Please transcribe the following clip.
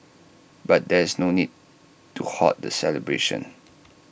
but there is no need to halt the celebrations